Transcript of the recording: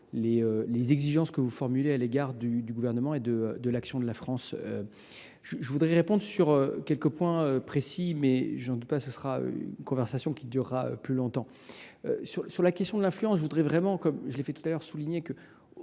les exigences que vous formulez à l’égard du Gouvernement et de l’action de la France. Je veux vous répondre sur quelques points précis, bien que je ne doute pas que notre conversation dure plus longtemps que cet échange. Sur la question de l’influence, je voudrais vraiment, comme je l’ai déjà fait tout à l’heure, souligner que,